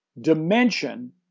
dimension